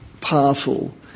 powerful